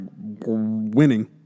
winning